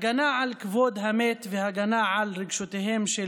הגנה על כבוד המת והגנה על רגשותיהם של